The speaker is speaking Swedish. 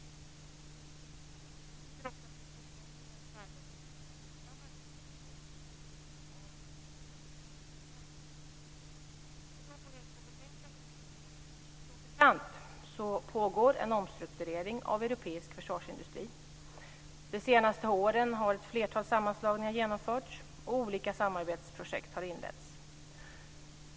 Som bekant pågår det en omstrukturering av europeisk försvarsindustri. De senaste åren har ett flertal sammanslagningar genomförts, och olika samarbetsprojekt har inletts.